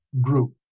group